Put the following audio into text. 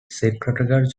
secretariat